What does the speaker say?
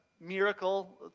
miracle